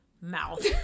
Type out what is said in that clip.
mouth